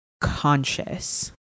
conscious